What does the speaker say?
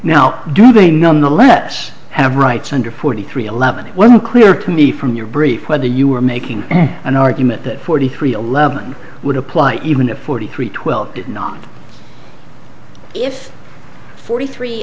now do they nonetheless have rights under forty three eleven it wasn't clear to me from your brief whether you were making an argument that forty three eleven would apply even if forty three twelve did not if forty three